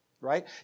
right